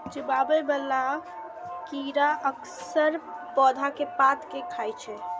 चिबाबै बला कीड़ा अक्सर पौधा के पात कें खाय छै